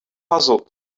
puzzled